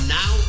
now